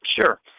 Sure